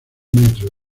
metro